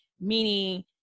Meaning